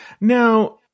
Now